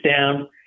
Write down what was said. down